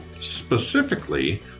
specifically